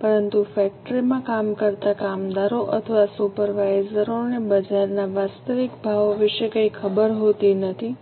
પરંતુ ફેક્ટરીમાં કામ કરતા કામદારો અથવા સુપરવાઇઝરોને બજારના વાસ્તવિક ભાવો વિશે કંઇ ખબર હોતી નથી